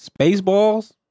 Spaceballs